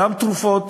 גם תרופות,